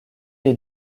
est